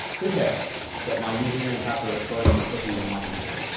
who cares that my username and password are stored in my cookie on my computer?